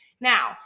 Now